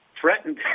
threatened